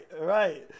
right